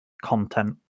content